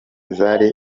zari